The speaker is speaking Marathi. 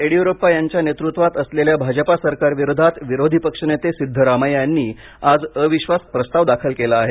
येडियुरप्पा यांच्या नेतृत्वात असलेल्या भाजपा सरकारविरोधात विरोधी पक्षनेते सिद्धरामय्या यांनी आज अविश्वास प्रस्ताव दाखल केला आहे